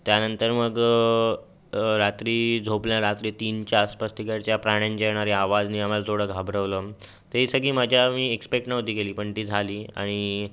त्यानंतर मग रात्री झोपल्या रात्री तीनच्या आसपास तिकडच्या प्राण्यांचे येणारे आवाजनी आम्हाला थोडं घाबरवलं ते सगळी मजा आम्ही एक्सपेक्ट नव्हती केली पण ती झाली आणि